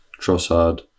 Trossard